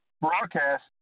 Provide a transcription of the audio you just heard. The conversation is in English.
broadcast